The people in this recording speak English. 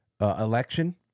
election